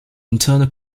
internal